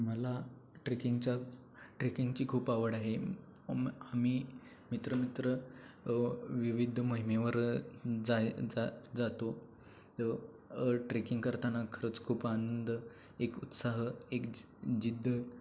मला ट्रेकिंगच्या ट्रेकिंगची खूप आवड आहे आम आम्ही मित्र मित्र विविध मोहिमेवर जाय जा जातो ट्रेकिंग करताना खरंच खूप आनंद एक उत्साह एक जि जिद्द